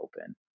open